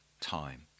time